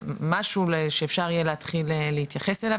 משהו שאפשר יהיה להתחיל להתייחס אליו,